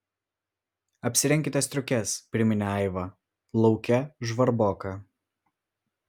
apsirenkite striukes priminė aiva lauke žvarboka